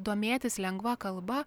domėtis lengva kalba